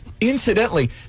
Incidentally